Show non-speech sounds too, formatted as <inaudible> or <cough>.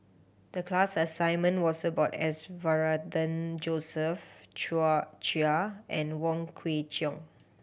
the class assignment was about S Varathan <unintelligible> Chia and Wong Kwei Cheong